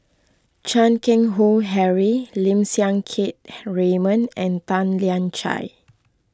Chan Keng Howe Harry Lim Siang Keat Raymond and Tan Lian Chye